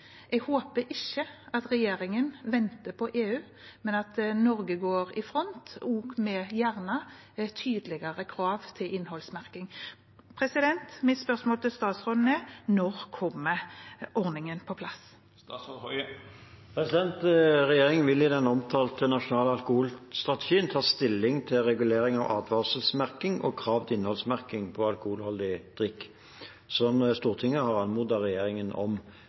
Jeg håper ikke regjeringen venter på EU, men at Norge går i front og gjerne med tydeligere krav til innholdsmerking. Mitt spørsmål til statsråden er: Når kommer ordningen på plass? Regjeringen vil i den omtalte nasjonale alkoholstrategien ta stilling til regulering av advarselsmerking og krav til innholdsmerking av alkoholholdig drikk, som Stortinget har anmodet regjeringen om.